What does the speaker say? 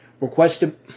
requested